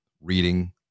reading